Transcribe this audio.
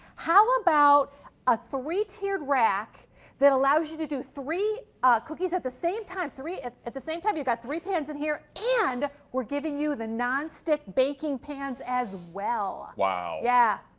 how about a three-tiered rack that allows you to do three cookies at the same time, three at at the same time, you got three pans in here and we're giving you the non-stick baking pans, as well. wow! yeah.